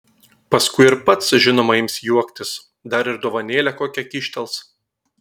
paskui ir pats žinoma ims juoktis dar ir dovanėlę kokią kyštels